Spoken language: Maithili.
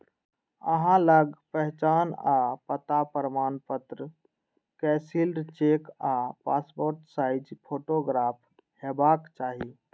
अहां लग पहचान आ पता प्रमाणपत्र, कैंसिल्ड चेक आ पासपोर्ट साइज फोटोग्राफ हेबाक चाही